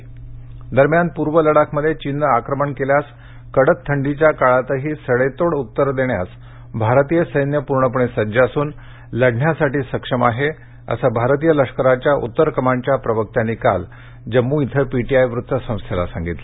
लडाख उत्तर कमांड दरम्यान पूर्व लडाखमध्ये चीननं आक्रमण केल्यास कडक थंडीच्या काळातही सडेतोड प्रत्युत्तर देण्यास भारतीय सैन्यपूर्णपणे सज्ज असून लढण्यासाठी सक्षम आहे असं भारतीय लष्कराच्या उत्तर कमांडच्या प्रवक्त्यांनी काल जम्मू इथं पी टी आय वृत्तसंस्थेला सांगितलं